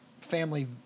family